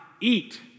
eat